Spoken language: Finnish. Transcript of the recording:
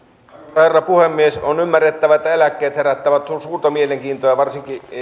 herra puhemies on ymmärrettävää että eläkkeet herättävät suurta mielenkiintoa varsinkin